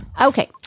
Okay